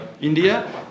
India